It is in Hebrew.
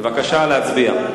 בבקשה להצביע.